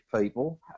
people